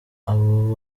abo